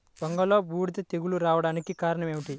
వంగలో బూడిద తెగులు రావడానికి కారణం ఏమిటి?